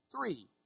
three